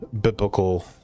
biblical